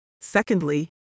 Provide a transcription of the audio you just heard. Secondly